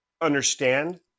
understand